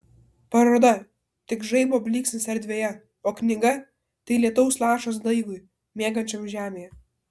paroda tik žaibo blyksnis erdvėje o knyga tai lietaus lašas daigui miegančiam žemėje